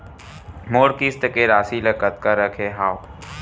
मोर किस्त के राशि ल कतका रखे हाव?